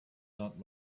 not